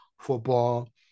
football